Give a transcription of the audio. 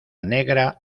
negra